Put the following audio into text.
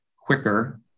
quicker